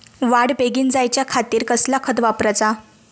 वाढ बेगीन जायच्या खातीर कसला खत वापराचा?